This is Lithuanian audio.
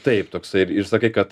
taip toksai ir ir sakai kad